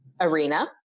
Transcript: arena